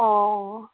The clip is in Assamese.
অঁ